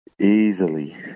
Easily